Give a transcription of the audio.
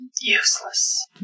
Useless